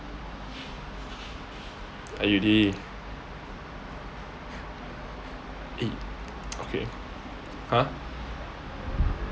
eh you did eh okay !huh!